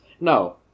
No